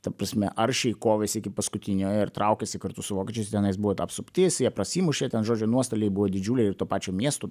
ta prasme aršiai kovėsi iki paskutinio ir traukėsi kartu su vokiečiais tenais buvo apsuptis jie prasimušė ten žodžiu nuostoliai buvo didžiuliai ir to pačio miesto